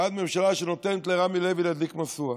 ואז, ממשלה שנותנת לרמי לוי להדליק משואה,